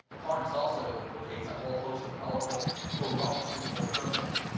parnas also implicates a whole host of colorful corruption-ful criminals.